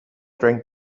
drank